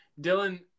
Dylan